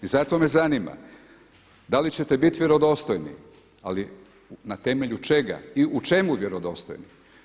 I zato me zanima da li ćete biti vjerodostojni, ali na temelju čega i u čemu vjerodostojni?